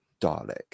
Dalek